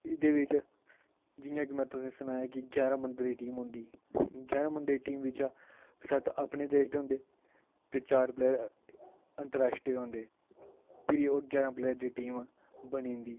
एह्दे बिच जियां की में तुसेंगी सनाया कि जारां बंदे दी टीम होंदी जारें बंदे दी टीम बिच सत्त अपने देश दे होंदे ते चार प्लेयर अंतराश्ट्रीय होंदे फिर ओह् जारां प्लेयर दी टीम बनी जंदी